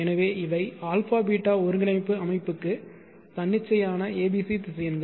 எனவே இவை α β ஒருங்கிணைப்பு அமைப்புக்கு தன்னிச்சையான abc திசையன்கள்